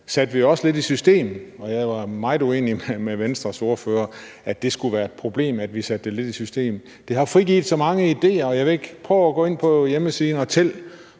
satte vi jo lidt i system, og jeg var meget uenig med Venstres ordfører i, at det skulle være et problem, at vi satte det lidt i system. Det har frigivet så mange ideer. Prøv at gå ind på hjemmesiden og tæl,